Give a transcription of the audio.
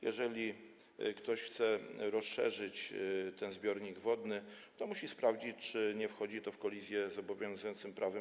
Jeżeli ktoś chce rozszerzyć ten zbiornik wodny, to musi sprawdzić, czy nie pozostaje to w kolizji z obowiązującym prawem.